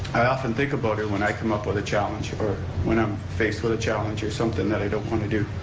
i often think about her when i come up with a challenge or when i'm faced with a challenge or something that i don't want to do.